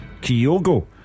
Kyogo